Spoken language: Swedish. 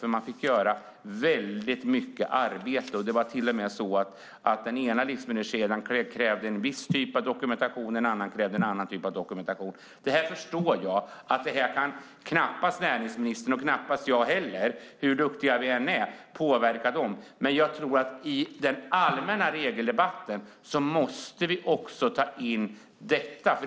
De fick göra väldigt mycket arbete. Det var till och med så att den ena livsmedelskedjan krävde en viss typ av dokumentation och en annan krävde en annan. Vare sig näringsministern eller jag hur duktiga vi än är kan knappast påverka dem. Men i den allmänna regeldebatten måste vi också ta in detta.